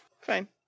fine